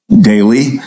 daily